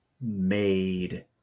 made